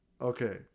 okay